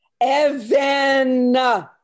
Evan